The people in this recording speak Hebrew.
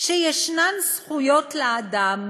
שישנן זכויות לאדם